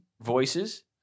Voices